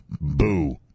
Boo